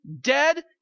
dead